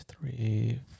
three